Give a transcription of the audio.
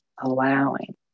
allowing